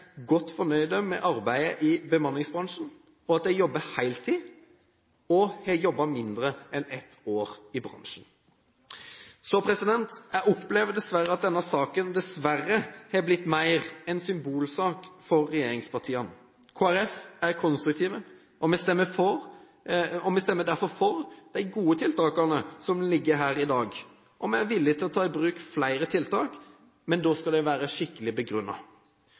de jobber heltid og har jobbet mindre enn ett år i bransjen. Jeg opplever dessverre at denne saken har blitt mer en symbolsak for regjeringspartiene. Kristelig Folkeparti er konstruktiv, og vi stemmer derfor for de gode tiltakene som ligger her i dag, og vi er villig til å ta i bruk flere tiltak, men de skal da være skikkelig